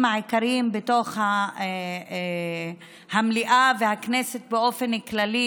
העיקריים בתוך המליאה והכנסת באופן כללי,